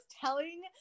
telling